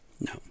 no